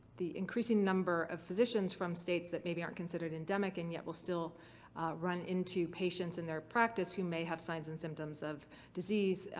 the increasing number of physicians from states that maybe aren't considered endemic and yet will still run into patients in their practice who may have signs and symptoms of disease,